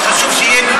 אז חשוב שיהיה,